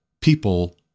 people